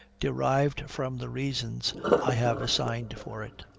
derived from the reasons i have assigned for it.